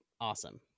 awesome